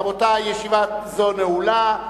רבותי, ישיבה זו נעולה.